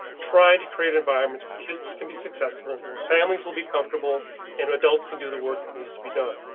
trying to create environments for kids can be successful or families will be comfortable and adults can do the work that needs to be done.